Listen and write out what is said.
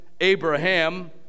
Abraham